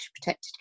protected